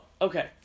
okay